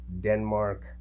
Denmark